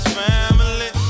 family